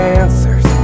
answers